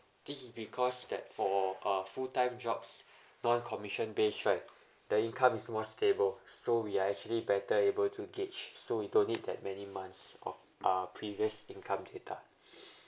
this is because that for uh full time jobs non commissioned based right the income is more stable so we are actually better able to gauge so you don't need that many months of uh previous income data